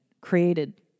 created